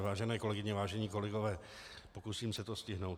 Vážené kolegyně, vážení kolegové, pokusím se to stihnout.